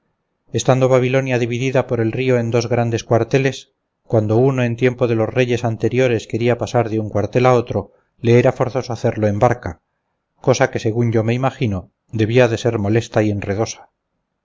estando babilonia dividida por el río en dos grandes cuarteles cuando uno en tiempo de los reyes anteriores quería pasar de un cuartel al otro le era forzoso hacerlo en barca cosa que según yo me imagino debería de ser molesta y enredosa